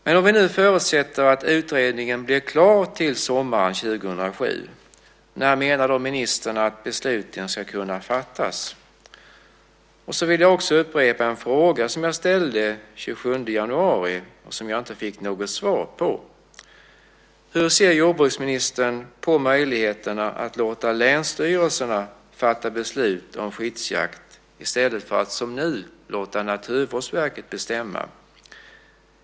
Men om vi nu förutsätter att utredningen blir klar till sommaren 2007, när menar då ministern att besluten ska kunna fattas? Så vill jag också upprepa en fråga som jag ställde den 27 januari och som jag inte fick något svar på. Hur ser jordbruksministern på möjligheterna att låta länsstyrelserna fatta beslut om skyddsjakt i stället för att som nu låta Naturvårdsverket bestämma?